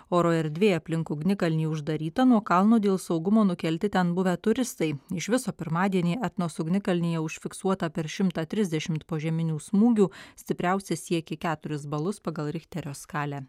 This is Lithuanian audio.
oro erdvė aplink ugnikalnį uždaryta nuo kalno dėl saugumo nukelti ten buvę turistai iš viso pirmadienį etnos ugnikalnyje užfiksuota per šimtą trisdešimt požeminių smūgių stipriausias siekė keturis balus pagal richterio skalę